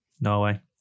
Norway